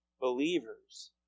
believers